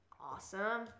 Awesome